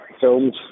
films